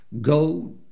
Go